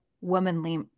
womanly